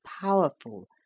powerful